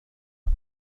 لقد